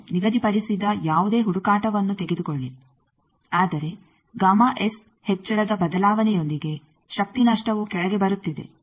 ಅನ್ನು ನಿಗದಿಪಡಿಸಿದ ಯಾವುದೇ ಹುಡುಕಾಟವನ್ನು ತೆಗೆದುಕೊಳ್ಳಿ ಆದರೆ ಹೆಚ್ಚಳದ ಬದಲಾವಣೆಯೊಂದಿಗೆ ಶಕ್ತಿ ನಷ್ಟವು ಕೆಳಗೆ ಬರುತ್ತಿದೆ